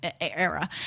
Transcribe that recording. era